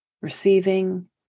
receiving